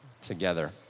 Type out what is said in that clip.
together